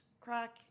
crack